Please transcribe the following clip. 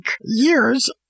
years